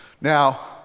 Now